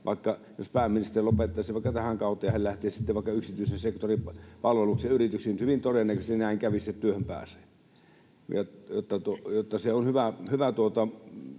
Jos pääministeri lopettaisi vaikka tähän kauteen ja hän lähtisi sitten vaikka yksityisen sektorin palvelukseen ja yrityksiin, niin hyvin todennäköisesti näin kävisi, että työhön pääsee.